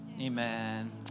Amen